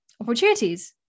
opportunities